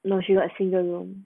no she got single room